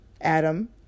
Adam